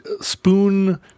spoon